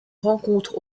rencontre